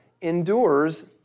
endures